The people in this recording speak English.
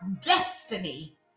destiny